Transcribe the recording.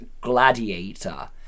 Gladiator